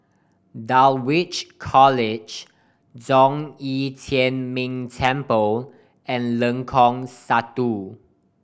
Dulwich College Zhong Yi Tian Ming Temple and Lengkong Satu